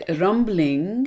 rumbling